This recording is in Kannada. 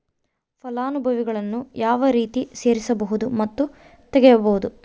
ಫಲಾನುಭವಿಗಳನ್ನು ಯಾವ ರೇತಿ ಸೇರಿಸಬಹುದು ಮತ್ತು ತೆಗೆಯಬಹುದು?